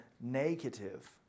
negative